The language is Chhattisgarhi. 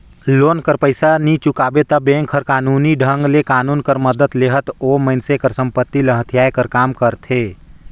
लोन कर पइसा नी चुकाबे ता बेंक हर कानूनी ढंग ले कानून कर मदेत लेहत ओ मइनसे कर संपत्ति ल हथियाए कर काम करथे